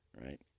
right